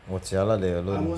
!wah! jialat leh alone